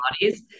bodies